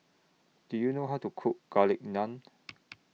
Do YOU know How to Cook Garlic Naan